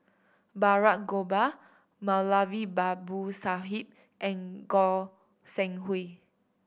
Balraj Gopal Moulavi Babu Sahib and Goi Seng Hui